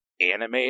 anime